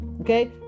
okay